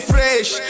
Fresh